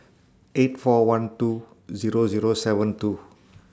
eight four one two Zero Zero seven two